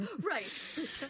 Right